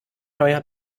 neuer